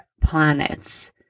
planets